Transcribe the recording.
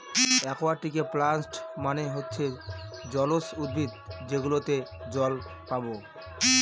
একুয়াটিকে প্লান্টস মানে হচ্ছে জলজ উদ্ভিদ যেগুলোতে জল পাবো